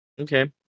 Okay